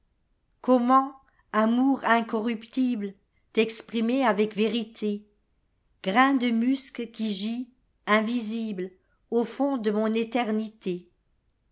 comment amour incorruptible texprimer avec vérité grain de musc qui gis invisible au fond de mon éternité